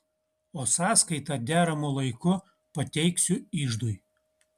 o sąskaitą deramu laiku pateiksiu iždui